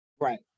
Right